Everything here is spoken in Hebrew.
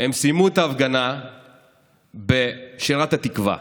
הם סיימו את ההפגנה בשירת התקווה,